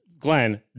Glenn